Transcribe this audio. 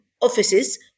offices